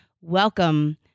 Welcome